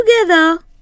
together